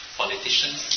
politicians